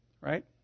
right